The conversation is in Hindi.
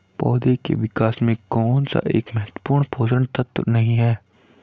पौधों के विकास में कौन सा एक महत्वपूर्ण पोषक तत्व नहीं है?